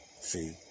see